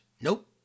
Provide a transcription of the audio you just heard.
Nope